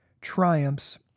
triumphs